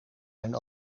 zijn